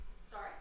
sorry